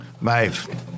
Maeve